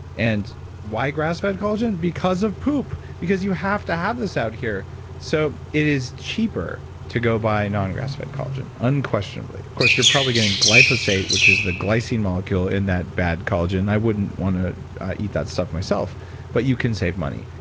and why grass fed collagen? because of poop. because you have to have this out here so it is cheaper to go buy non-grass fed collagen. unquestionably. of course, you're probably getting glyphosate, which is the glycine molecule in that bad collagen. i wouldn't want to eat that stuff myself but you can save money.